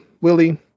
Willie